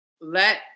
Let